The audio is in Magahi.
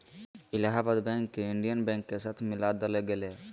इलाहाबाद बैंक के इंडियन बैंक के साथ मिला देल गेले